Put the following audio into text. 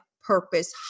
purpose